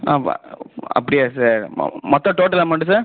ஆமாம் அப்படியா சார் மொ மொத்த டோட்டல் அமௌன்ட்டு சார்